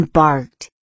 barked